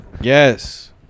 Yes